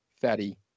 fatty